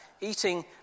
eating